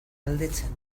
galdetzen